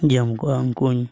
ᱡᱚᱢ ᱠᱚᱣᱟ ᱩᱱᱠᱩᱧ